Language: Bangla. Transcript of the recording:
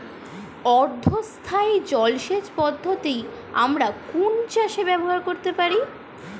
অর্ধ স্থায়ী জলসেচ পদ্ধতি আমরা কোন চাষে ব্যবহার করতে পারি?